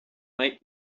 might